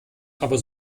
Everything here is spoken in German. aber